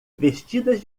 vestidas